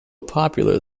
popular